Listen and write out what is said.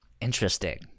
Interesting